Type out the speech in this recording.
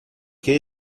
che